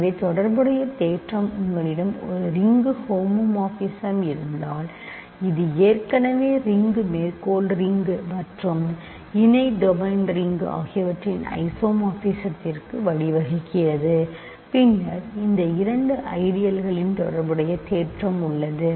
எனவே தொடர்புடைய தேற்றம் உங்களிடம் ஒரு ரிங்கு ஹோமோமார்பிசம் இருந்தால் இது ஏற்கனவே ரிங்கு மேற்கோள் ரிங் மற்றும் இணை டொமைன் ரிங்கு ஆகியவற்றின் ஐசோமார்பிசத்திற்கு வழிவகுக்கிறது பின்னர் இந்த இரண்டு ஐடியல்களின் தொடர்புடைய தேற்றம் உள்ளது